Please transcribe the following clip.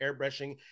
Airbrushing